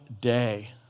day